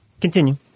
continue